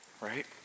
Right